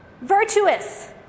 Virtuous